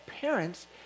parents